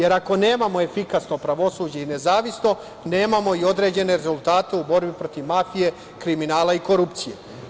Ako nemamo efikasno pravosuđe i nezavisno, nemamo ni određene rezultate u borbi protiv mafije, kriminala i korupcije.